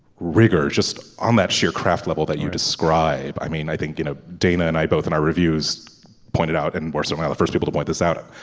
rigour just on that sheer craft level that you describe. i mean i think you know dana and i both in our reviews pointed out and were somehow the first able to point this out.